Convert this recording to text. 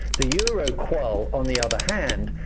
the euroqol, on the other hand,